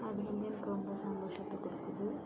அது வந்து எனக்கு ரொம்ப சந்தோஷத்தை கொடுக்குது